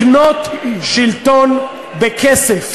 לקנות שלטון בכסף.